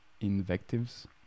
invectives